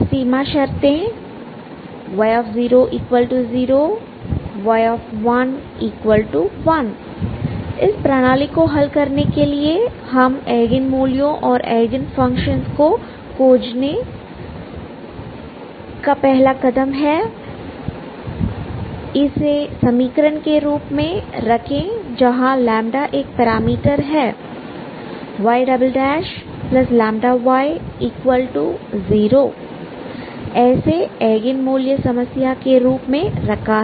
सीमा शर्तें y00 y10 इस प्रणाली को हल करने के लिए हम एगेन मूल्यों और एगेन फंक्शनस को खोजने होंगे पहला खतम है इसे समीकरण के रूप में रखे जहां λ एक पैरामीटर है y λy0 इसे एगेन मूल्य समस्या के रूप में रखा है